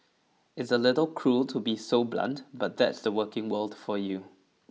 it's a little cruel to be so blunt but that's the working world for you